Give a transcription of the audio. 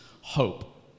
hope